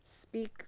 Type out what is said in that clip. speak